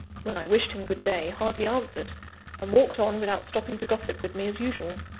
when i wished him good day, hardly answered and walked on without stopping to gossip with me as usual.